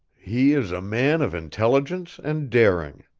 he is a man of intelligence and daring.